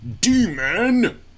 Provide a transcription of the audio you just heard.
demon